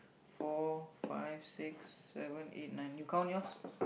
four five six seven eight nine you count yours